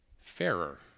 fairer